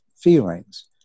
feelings